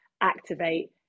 activate